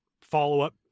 follow-up